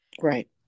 right